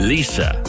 Lisa